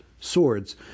swords